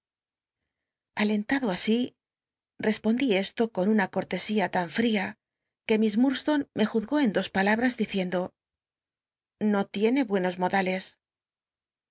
alentado así re pondí esto con una cortesía tan fl'ia que miss lurdstonc me juzgó en dos palabtas diciendo no tiene buenos modales